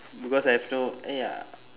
because I have no ya